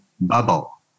bubble